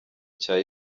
cya